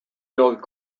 billed